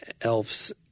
elves